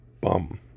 bum